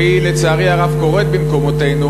שהיא לצערי הרב קורית במקומותינו,